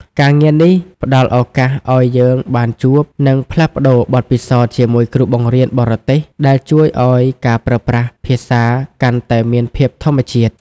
ការងារនេះផ្តល់ឱកាសឱ្យយើងបានជួប និងផ្លាស់ប្តូរបទពិសោធន៍ជាមួយគ្រូបង្រៀនបរទេស ដែលជួយឱ្យការប្រើប្រាស់ភាសាកាន់តែមានភាពធម្មជាតិ។